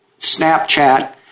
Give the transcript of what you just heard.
Snapchat